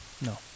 No